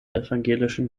evangelischen